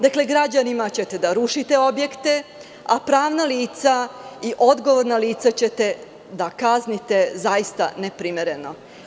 Dakle, građanima ćete da rušite objekte, a pravna lica i odgovorna lica ćete da kaznite zaista neprimereno.